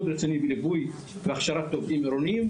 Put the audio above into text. רציני בליווי והכשרת עובדים עירוניים,